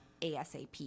ASAP